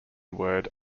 word